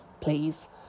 please